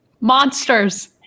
Monsters